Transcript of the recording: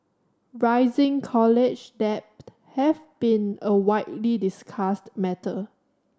rising college debt have been a widely discussed matter